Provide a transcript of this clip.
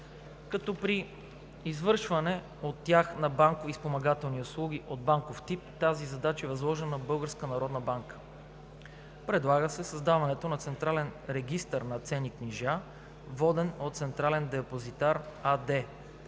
като при извършване от тях на банкови и спомагателни услуги от банков тип тази задача е възложена на Българската народна банка. Предлага се създаването на централен регистър на ценни книжа, воден от „Централен депозитар“ АД,